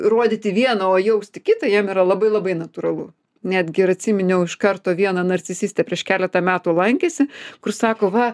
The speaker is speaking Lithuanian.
rodyti vieną o jausti kitą jam yra labai labai natūralu netgi ir atsiminiau iš karto vieną narcisistę prieš keletą metų lankėsi kur sako va